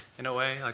in a way.